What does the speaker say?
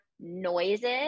Noises